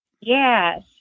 Yes